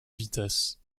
vitesse